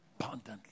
abundantly